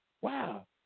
wow